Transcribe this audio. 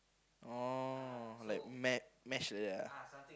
orh like m~ mesh like that ah